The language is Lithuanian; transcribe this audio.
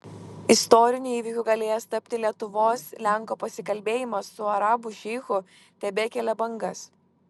istoriniu įvykiu galėjęs tapti lietuvos lenko pasikalbėjimas su arabų šeichu tebekelia bangas